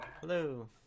hello